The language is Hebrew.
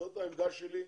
זאת העמדה שלי,